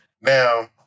now